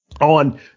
on